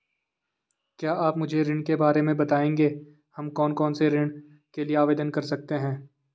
क्या आप मुझे ऋण के बारे में बताएँगे हम कौन कौनसे ऋण के लिए आवेदन कर सकते हैं?